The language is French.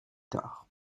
tard